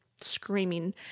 screaming